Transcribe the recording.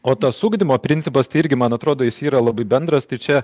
o tas ugdymo principas irgi man atrodo jis yra labai bendras tai čia